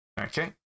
Okay